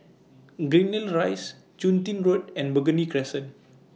Greendale Rise Chun Tin Road and Burgundy Crescent